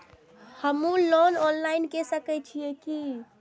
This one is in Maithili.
हमू लोन ऑनलाईन के सके छीये की?